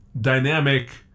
dynamic